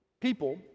people